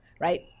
right